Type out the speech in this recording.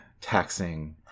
taxing